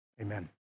Amen